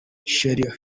charlie